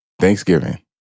Thanksgiving